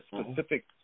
specific